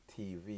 TV